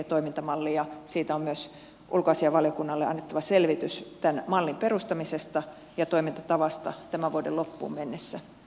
tämän mallin perustamisesta ja toimintatavasta on myös ulkoasiainvaliokunnalle annettava selvitys tämän mallin perustamisesta ja toimitettavasta tämän vuoden loppuun mennessä